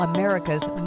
America's